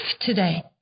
today